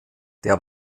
der